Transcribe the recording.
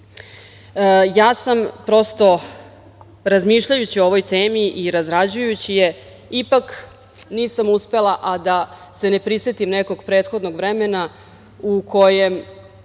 sam, prosto, razmišljajući o ovoj temi i razrađujući je, ipak nisam uspela, a da se ne prisetim nekog prethodnog vremena u kojem